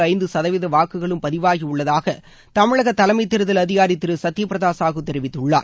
ஐந்து சதவீத வாக்குகளும் பதிவாகியுள்ளதாக தமிழக தலைமை தேர்தல் அதிகாரி திரு சத்யபிரதா சாகு தெரிவித்துள்ளார்